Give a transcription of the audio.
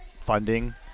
funding